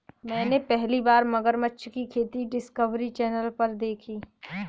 मैंने पहली बार मगरमच्छ की खेती डिस्कवरी चैनल पर देखी